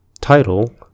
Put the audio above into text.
title